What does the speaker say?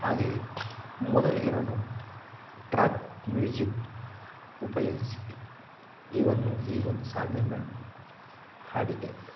ಹಾಗೆ ಮೊದಲಿಗೆ ನಾನು ಟ್ರ್ಯಾಕ್ ಮ್ಯೂಸಿಕ್ ಉಪಯೋಗಿಸಿದೆ ಈ ಒಂದು ಈ ಒಂದು ಸಾಂಗನ್ನು ಹಾಡಿದೆ